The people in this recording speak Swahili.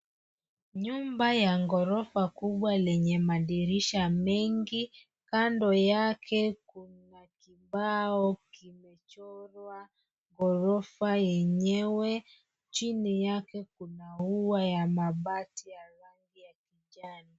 Nyumba ya gorofa lenye madirisha mengi. Kando yake kuna kibao kimechorwa ghorofa yenyewe. Chini yake kuna ua ya mabati ya rangi ya kijani.